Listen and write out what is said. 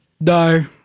No